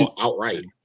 outright